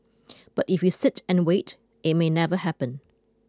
but if you sit and wait it may never happen